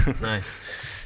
nice